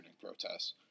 protests